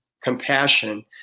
compassion